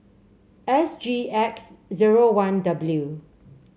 S G X zero one W